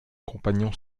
compagnon